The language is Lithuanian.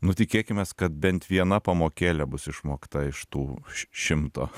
nu tikėkimės kad bent viena pamokėlė bus išmokta iš tų šimto